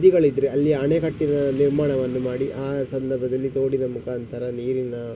ನದಿಗಳಿದ್ದರೆ ಅಲ್ಲಿ ಅಣೆಕಟ್ಟಿನ ನಿರ್ಮಾಣವನ್ನು ಮಾಡಿ ಆ ಸಂದರ್ಭದಲ್ಲಿ ತೋಡಿನ ಮುಖಾಂತರ ನೀರಿನ